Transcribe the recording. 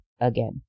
again